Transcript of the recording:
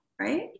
right